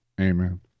Amen